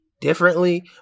differently